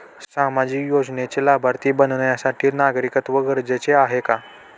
सामाजिक योजनेचे लाभार्थी बनण्यासाठी नागरिकत्व गरजेचे आहे का?